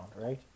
right